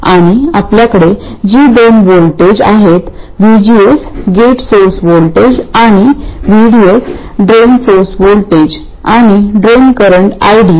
आणि आपल्याकडे जी दोन व्होल्टेज आहेत VGS गेट सोर्स व्होल्टेज आणि VDS ड्रेन सोर्स व्होल्टेज आणि ड्रेन करंट ID